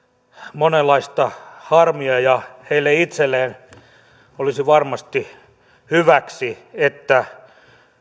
monenlaista harmia heille itselleen olisi varmasti hyväksi että